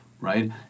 right